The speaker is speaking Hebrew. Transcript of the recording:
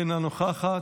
אינה נוכחת,